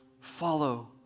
Follow